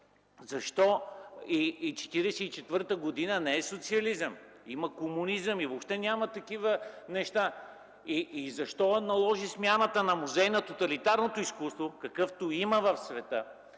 така 1944 г. не е социализъм, има комунизъм и въобще няма такива неща. Защо се наложи смяната на името на Музей на тоталитарното изкуство, какъвто има в света?